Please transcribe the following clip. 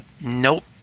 Nope